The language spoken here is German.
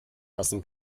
lassen